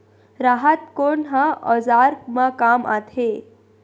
राहत कोन ह औजार मा काम आथे?